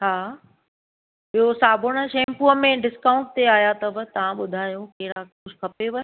हा ॿियो साबुण शैम्पूअ में डिस्काउंट ते आया अथव तव्हां ॿुधायो कहिड़ा कुझु खपेव